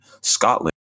Scotland